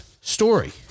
story